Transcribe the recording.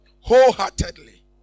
Wholeheartedly